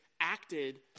acted